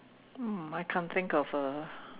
um I can't think of a